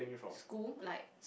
school like